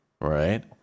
Right